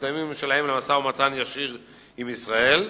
המוקדמים שלהם למשא-ומתן ישיר עם ישראל,